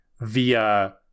via